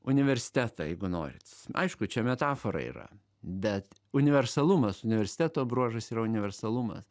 universitetą jeigu norit aišku čia metafora yra bet universalumas universiteto bruožas yra universalumas